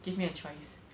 give me a choice